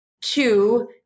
Two